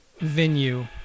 venue